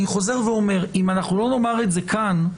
אני חוזר ואומר: אם לא נאמר את זה כאן,